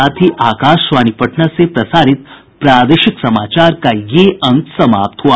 इसके साथ ही आकाशवाणी पटना से प्रसारित प्रादेशिक समाचार का ये अंक समाप्त हुआ